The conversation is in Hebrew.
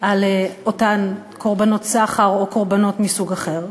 על אותן קורבנות סחר או קורבנות מסוג אחר.